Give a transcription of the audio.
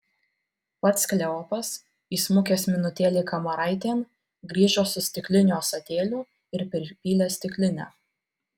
pats kleopas įsmukęs minutėlei kamaraitėn grįžo su stikliniu ąsotėliu ir pripylė stiklinę